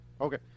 Okay